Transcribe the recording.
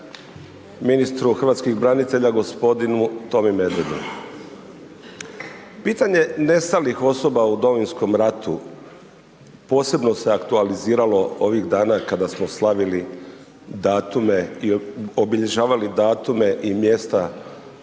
ministru hrvatskih branitelja gospodinu Tomi Medvedu. Pitanje nestalih osoba u Domovinskom ratu posebno se aktualiziralo ovih dana kada smo slavili i obilježavali datume i mjesta